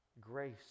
grace